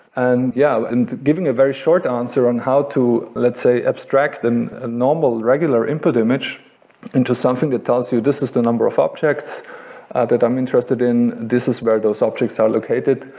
and yeah, and giving a very short answer on how to let's say, abstract and a normal regular input image into something that tells you this is the number of objects that i'm interested in, this is where those objects are located,